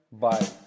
bye